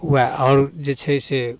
वएह आओर जे छै से